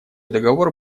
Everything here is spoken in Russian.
договор